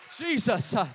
Jesus